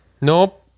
Nope